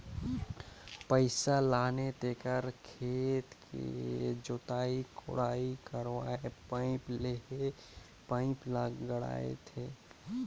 पइसा लाने तेखर खेत के जोताई कोड़ाई करवायें पाइप लेहे पाइप ल गड़ियाथे